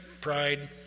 pride